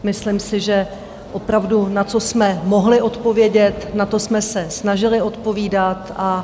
Myslím si, že opravdu, na co jsme mohli odpovědět, na to jsme se snažili odpovídat.